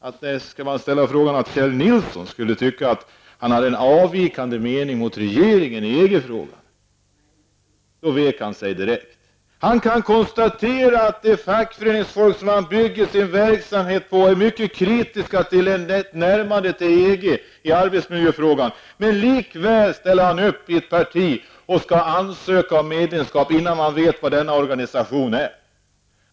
att om jag ställde en fråga till Kjell Nilsson om huruvida han hade en annan uppfattning än regeringen i EG-frågan, så skulle han vika sig direkt. Han kan konstatera att det fackföreningsfolk som man bygger sin verksamhet på är mycket kritiskt till ett närmande till EG i arbetsmiljöfrågan. Men likväl ställer han upp för ett parti som skall ansöka om medlemskap innan man vet vad denna organisation är!